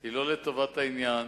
היא לא לטובת העניין,